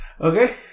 Okay